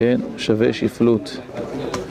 כן, שווה שפלות.